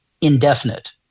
indefinite